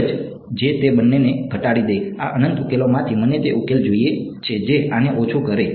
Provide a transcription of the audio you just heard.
એક જે તે બંનેને ઘટાડી દે આ અનંત ઉકેલોમાંથી મને તે ઉકેલ જોઈએ છે જે આને ઓછું કરે